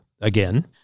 again